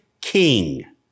king